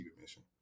mission